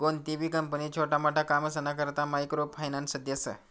कोणतीबी कंपनी छोटा मोटा कामसना करता मायक्रो फायनान्स देस